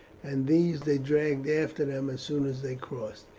and these they dragged after them as soon as they crossed.